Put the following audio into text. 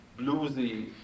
bluesy